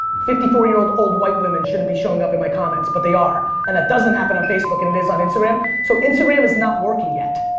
fifty four year old old white women shouldn't be showing up in my comments but they are. and that doesn't happen on facebook and it is on instagram. so instagram is not working yet.